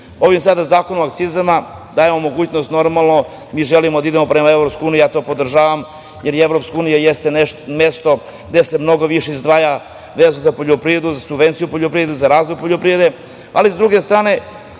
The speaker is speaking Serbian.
živi. Ovim sada Zakonom o akcizama dajemo mogućnost, normalno, mi želimo da idemo prema Evropskoj uniji, to podržavam, jer Evropska unija jeste mesto gde se mnogo više izdvaja vezano za poljoprivredu, za subvencije u poljoprivredi, za razvoj poljoprivrede, ali s druge strane,